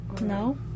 No